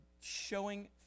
showing